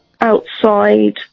outside